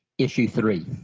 issue three.